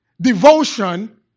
devotion